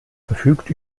verfügt